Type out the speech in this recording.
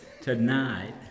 Tonight